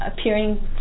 appearing